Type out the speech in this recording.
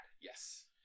yes